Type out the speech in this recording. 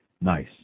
nice